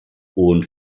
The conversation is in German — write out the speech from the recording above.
und